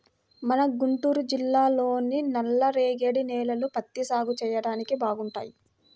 మన గుంటూరు జిల్లాలోని నల్లరేగడి నేలలు పత్తి సాగు చెయ్యడానికి బాగుంటాయి